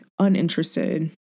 uninterested